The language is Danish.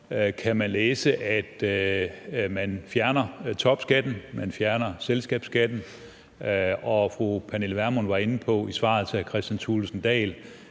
kan jeg læse, at man fjerner topskatten, at man fjerner selskabsskatten, og fru Pernille Vermund var i sit svar til hr. Kristian Thulesen Dahl